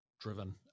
driven